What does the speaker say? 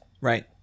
Right